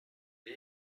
the